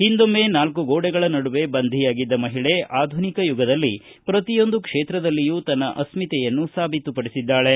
ಹಿಂದೊಮ್ನೆ ನಾಲ್ಲು ಗೋಡೆಗಳ ನಡುವೆ ಬಂಧಿಯಾಗಿದ್ದ ಮಹಿಳೆ ಆಧುನಿಕ ಯುಗದಲ್ಲಿ ಪ್ರತಿಯೊಂದು ಕ್ಷೇತ್ರದಲ್ಲಿಯೂ ತನ್ನ ಅಸ್ಟಿತೆಯನ್ನು ಸಾಬೀತುಪಡಿಸಿದ್ದಾಳೆ